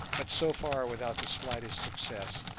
but so far without the slightest success.